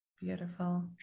Beautiful